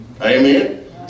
Amen